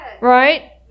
Right